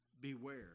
beware